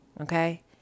Okay